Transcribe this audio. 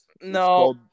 No